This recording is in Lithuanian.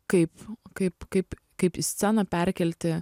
kaip kaip kaip kaip į sceną perkelti